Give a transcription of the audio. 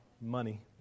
money